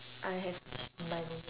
I have money